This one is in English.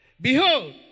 Behold